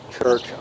Church